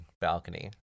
balcony